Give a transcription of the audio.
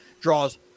draws